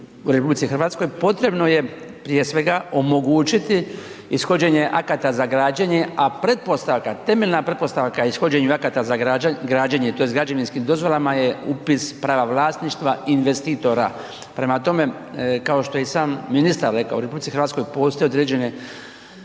u RH, potrebno je prije svega omogućiti ishođenje akata za građenje, a pretpostavka, temeljna pretpostavka ishođenju akata za građenje tj. građevinskim dozvolama je upis prava vlasništva i investitora. Prema tome, kao što je i sam ministar rekao, u RH postoje određene